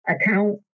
account